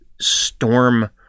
Storm